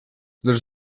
lecz